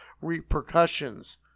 repercussions